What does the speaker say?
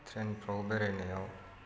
ट्रेनफोराव बेरायनायाव